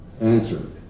answer